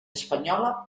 espanyola